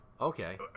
Okay